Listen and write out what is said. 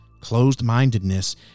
closed-mindedness